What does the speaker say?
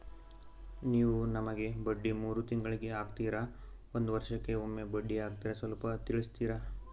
ನೀವು ನಮಗೆ ಬಡ್ಡಿ ಮೂರು ತಿಂಗಳಿಗೆ ಹಾಕ್ತಿರಾ, ಒಂದ್ ವರ್ಷಕ್ಕೆ ಒಮ್ಮೆ ಬಡ್ಡಿ ಹಾಕ್ತಿರಾ ಸ್ವಲ್ಪ ತಿಳಿಸ್ತೀರ?